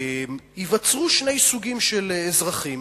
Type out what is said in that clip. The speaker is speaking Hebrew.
ייווצרו שני סוגים של אזרחים: